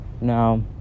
Now